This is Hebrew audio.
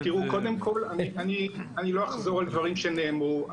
קודם כל אני לא אחזור על דברים שנאמרו,